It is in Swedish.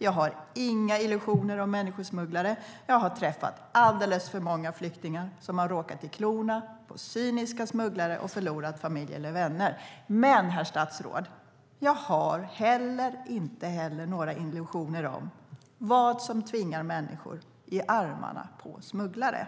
Jag har inga illusioner om människosmugglare. Jag har träffat alldeles för många flyktingar som har råkat i klorna på cyniska smugglare och förlorat familj eller vänner. Men, herr statsråd, jag har inte heller några illusioner om vad som tvingar människor i armarna på smugglare.